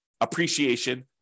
appreciation